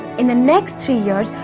in the next three years,